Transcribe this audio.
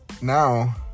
now